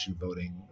voting